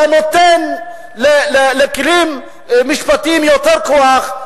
אתה נותן לכלים משפטיים יותר כוח,